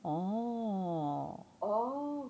orh